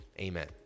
Amen